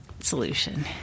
solution